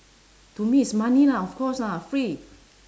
to me is money lah of course lah free